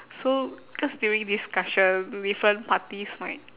so cause during discussion different parties might